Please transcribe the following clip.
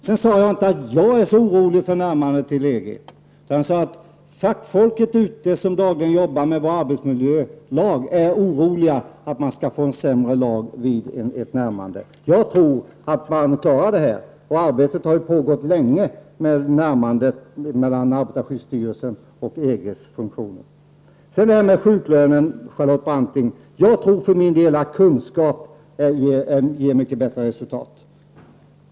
Jag sade inte att jag är orolig för närmandet till EG, utan jag sade att fackfolket, som dagligen jobbar med vår arbetsmiljölag, är oroligt för att vi vid ett närmande skall få en sämre arbetsmiljölag. Jag tror att man klarar detta, och arbetet rörande närmandet mellan arbetarskyddsstyrelsen och EGs funktioner har ju pågått länge. Sedan till det som Charlotte Branting sade om sjuklönen. Jag tror för min del att kunskap ger mycket bättre resultat.